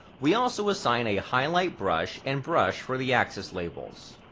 we also assign a highlight brush and brush for the axis labels.